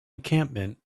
encampment